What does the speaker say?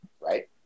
Right